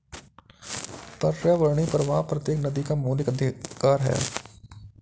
पर्यावरणीय प्रवाह प्रत्येक नदी का मौलिक अधिकार है